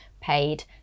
paid